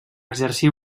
exercir